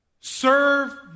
serve